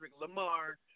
Lamar